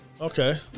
Okay